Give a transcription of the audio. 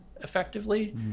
effectively